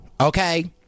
okay